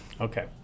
Okay